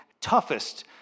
toughest